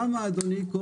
כמה אדוני?